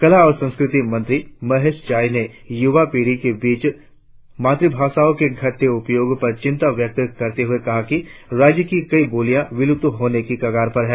कला और संस्कृति मंत्री मोहेश चाई ने युवा पीढ़ी के बीच मातृभाषाओं के घटते उपयोग पर चिंता व्यक्त करते हुए कहा कि राज्य की कई बोलियाँ विलुप्त होने के कगार पर हैं